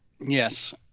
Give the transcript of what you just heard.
yes